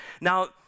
now